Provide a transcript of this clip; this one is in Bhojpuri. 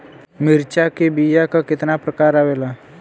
मिर्चा के बीया क कितना प्रकार आवेला?